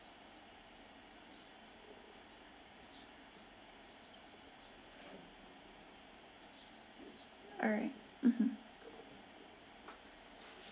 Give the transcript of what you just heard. alright mmhmm